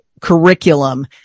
curriculum